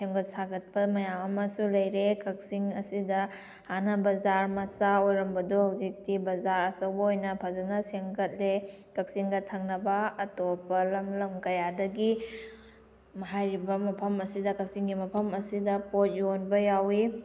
ꯁꯦꯝꯒꯠ ꯁꯥꯒꯠꯄ ꯃꯌꯥꯝ ꯑꯃꯁꯨ ꯂꯩꯔꯦ ꯀꯛꯆꯤꯡ ꯑꯁꯤꯗ ꯍꯥꯟꯅ ꯕꯖꯥꯔ ꯃꯆꯥ ꯑꯣꯏꯔꯝꯕꯗꯨ ꯍꯧꯖꯤꯛꯇꯤ ꯕꯖꯥꯔ ꯑꯆꯧꯕ ꯑꯣꯏꯅ ꯐꯖꯅ ꯁꯦꯝꯒꯠꯂꯦ ꯀꯛꯆꯤꯡꯒ ꯊꯪꯅꯕ ꯑꯇꯣꯞꯄ ꯂꯝ ꯂꯝ ꯀꯌꯥꯗꯒꯤ ꯍꯥꯏꯔꯤꯕ ꯃꯐꯝ ꯑꯁꯤꯗ ꯀꯛꯆꯤꯡꯒꯤ ꯃꯐꯝ ꯑꯁꯤꯗ ꯄꯣꯠ ꯌꯣꯟꯕ ꯌꯥꯎꯏ